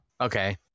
okay